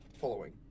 following